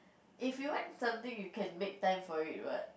if you like something you can make time for it what